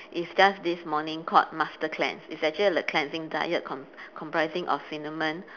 it's just this morning called master cleanse it's actually a cleansing diet comp~ comprising of cinnamon